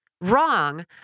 wrong